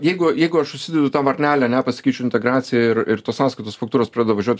jeigu jeigu aš užsidedu tą varnelę ar ne pasikeičiu integracija ir ir tos sąskaitos faktūros pradeda važiuot